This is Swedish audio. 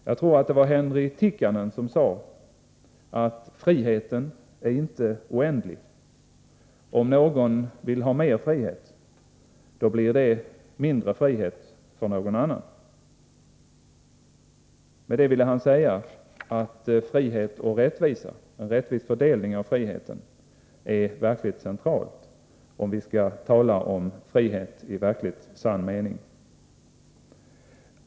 Jag tror att det var Henrik Tikkanen som sade att friheten inte är oändlig. Om någon vill ha mer frihet leder det till mindre frihet för någon annan. Med det ville han säga att frihet och rättvisa — en rättvis fördelning av friheten — är något verkligt centralt om vi skall tala om frihet i verkligt sann mening.